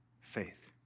faith